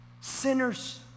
sinners